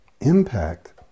impact